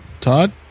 Todd